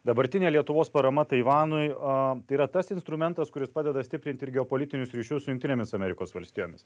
dabartinė lietuvos parama taivanui a tai yra tas instrumentas kuris padeda stiprinti ir geopolitinius ryšius su jungtinėmis amerikos valstijomis